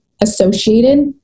associated